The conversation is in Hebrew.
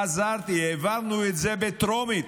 חזרתי, העברנו את זה בטרומית,